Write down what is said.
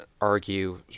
argue